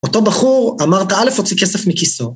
‫אותו בחור אמרת א', ‫הוציא כסף מכיסו.